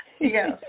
Yes